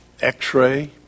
X-ray